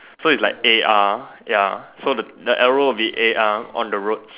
so it's like a R ya so the the arrow will be a R on the road